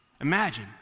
Imagine